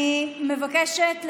אני מבקשת,